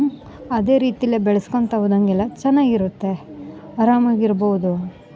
ಅದೆ ರೀತೀಲೆ ಬೆಳ್ಸ್ಕೊಳ್ತಾ ಹೋದಾಗೆಲ್ಲ ಚೆನ್ನಾಗಿರುತ್ತೆ ಅರಾಮಾಗಿರ್ಬೋದು